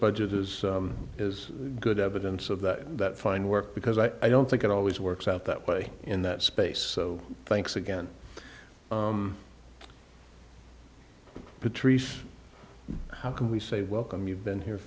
budget is is good evidence of that that fine work because i don't think it always works out that way in that space so thanks again patrice how can we say welcome you've been here